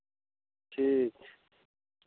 ठीक छै